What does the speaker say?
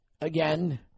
Again